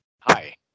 hi